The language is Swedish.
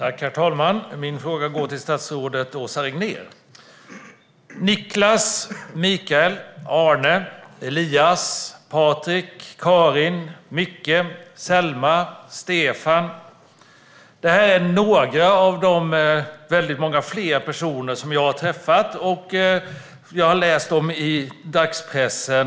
Herr talman! Min fråga går till statsrådet Åsa Regnér. Niklas, Mikael, Arne, Elias, Patric, Karin, Micke, Selma och Stefan - det här är några av de väldigt många fler personer som jag har träffat och som vi har läst om i dagspressen.